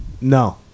No